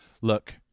Look